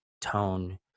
tone